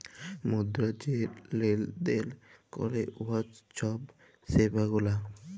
মুদ্রা যে লেলদেল ক্যরে উয়ার ছব সেবা গুলা